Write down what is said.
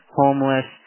homeless